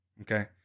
okay